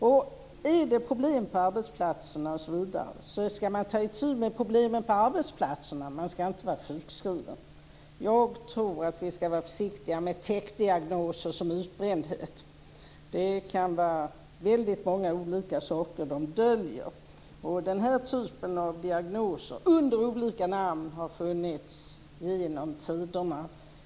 Är det problem på arbetsplatserna ska man ta itu med problemen på arbetsplatserna. Man ska inte vara sjukskriven. Jag tror att vi ska vara försiktiga med täckdiagnoser som utbrändhet. Det kan vara väldigt många olika saker de döljer. Denna typ av diagnoser har funnits under olika namn genom tiderna.